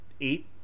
eight